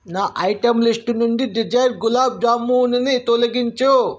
నా item list నుండి డిజైర్ గులాబ్ జామునుని తొలగించూ